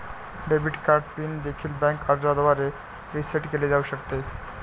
debit card PIN देखील bank अर्जाद्वारे reset केले जाऊ शकते